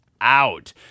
Out